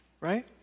right